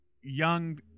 young